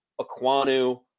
Aquanu